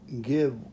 give